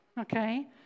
Okay